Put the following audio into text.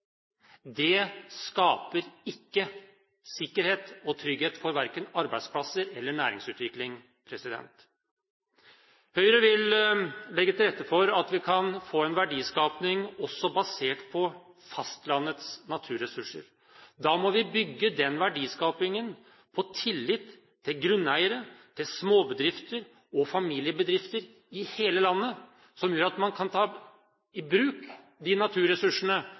Det skaper ikke sikkerhet og trygghet for verken arbeidsplasser eller næringsutvikling. Høyre vil legge til rette for at vi kan få en verdiskaping også basert på fastlandets naturressurser. Da må vi bygge den verdiskapingen, få tillit til grunneiere, til småbedrifter og familiebedrifter i hele landet, som gjør at man kan ta i bruk de naturressursene